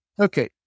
Okay